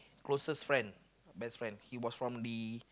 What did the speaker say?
closest friend best friend he was from the